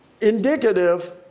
indicative